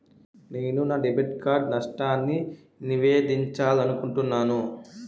నేను నా debit card నష్టాన్ని నివేదించాలనుకుంటున్నాను